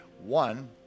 One